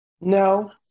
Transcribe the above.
No